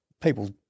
people